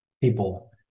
people